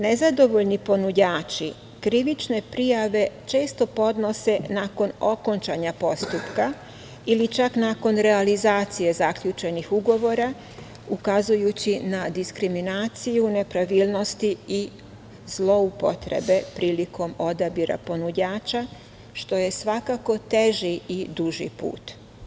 Nezadovoljni ponuđači krivične prijave često podnose nakon okončanja postupka ili čak nakon realizacije zaključenih ugovora, ukazujući na diskriminaciju, nepravilnosti i zloupotrebe prilikom odabira ponuđača, što je svakako teži i duži put.